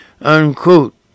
Unquote